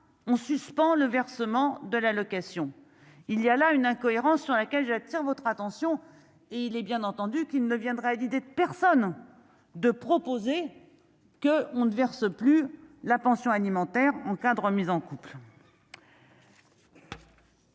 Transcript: on suspend le versement de l'allocation, il y a là une incohérence sur lequel j'attire votre attention et il est bien entendu qu'il ne viendrait à l'idée de personne de proposer que on ne verse plus la pension alimentaire encadre remise en cours.